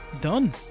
done